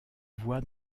voix